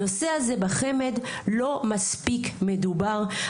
הנושא הזה בחמ"ד א מספיק מדובר.